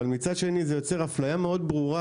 אבל מצד שני זה יוצר אפליה מאוד ברורה,